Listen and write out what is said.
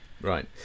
Right